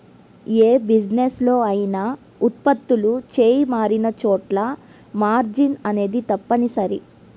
యే బిజినెస్ లో అయినా ఉత్పత్తులు చెయ్యి మారినచోటల్లా మార్జిన్ అనేది తప్పనిసరి